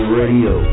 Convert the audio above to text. radio